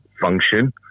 function